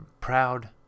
proud